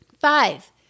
Five